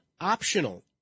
optional